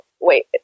wait